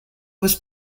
was